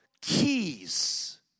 keys